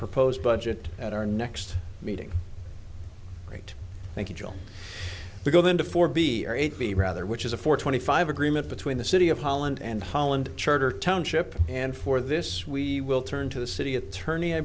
proposed budget at our next meeting great thank you joel we go into four be our eight b rather which is a four twenty five agreement between the city of holland and holland charter township and for this we will turn to the city attorney i